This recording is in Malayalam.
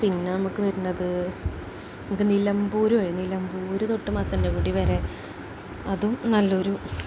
പിന്നെ നമുക്ക് വരുന്നത് നമുക്ക് നിലമ്പൂര് നിലമ്പൂര് തൊട്ട് മാസിനഗുഡി വരെ അതും നല്ലയൊരു